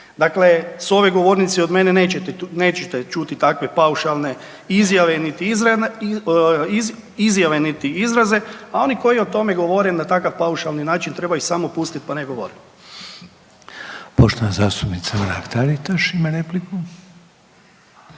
Dakle, s ove govornice od mene nećete čuti takve paušalne izjave niti izraze, a oni koji o tome govore na takav paušalni način treba ih samo pustiti pa nek govore. **Reiner, Željko (HDZ)** Poštovana zastupnica Mrak-Taritaš ima repliku.